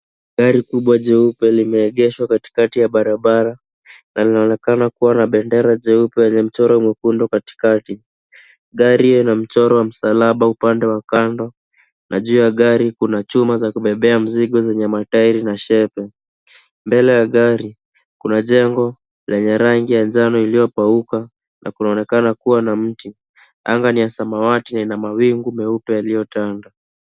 Gari kubwa jeupe limeegeshwa katikati ya barabara na linaonekana kuwa na bendera jeupe lenye mchoro mwekundu katikati. Gari lina mchoro wa msalaba upande wa kando na juu ya gari kuna chuma za kubebea mzigo zenye matairi na shepe. Mbele ya gari kuna jengo lenye rangi ya njano iliyopauka na kunaonekana kuwa na mti. Anga ni ya samawati na ina mawingu meupe yaliyotanda.